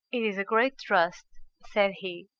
it is a great trust said he,